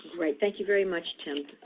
great. thank you very much, tim,